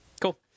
cool